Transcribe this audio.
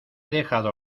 dejado